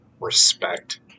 respect